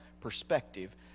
perspective